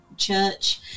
Church